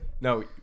No